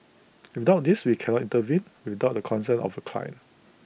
without this we cannot intervene without the consent of the client